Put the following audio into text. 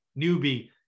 newbie